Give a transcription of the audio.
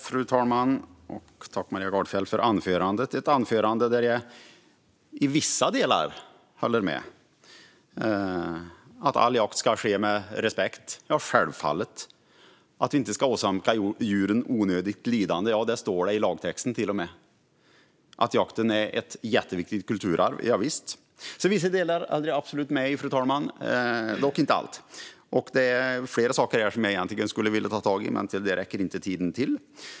Fru talman! Jag tackar Maria Gardfjell för anförandet. Det var ett anförande där jag i vissa delar håller med, till exempel att all jakt ska ske med respekt. Självfallet ska det vara så. Vi ska inte åsamka djuren onödigt lidande. Det står till och med i lagtexten. Jakten är ett jätteviktigt kulturarv. Javisst! Till vissa delar är jag absolut med - dock inte i allt. Jag vill ta tag i flera saker, men till det räcker inte tiden till.